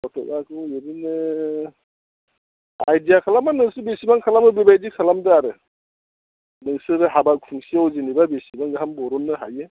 फट'आथ' बिदिनो आइदिया खालाम नोंसोर बेसेबां खालामो बेबायदि खालामदो आरो नोंसोरो हाबा खनसेयाव जेनेबा बेसेबां गाहाम बर'ननो हायो औ